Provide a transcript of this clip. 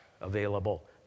available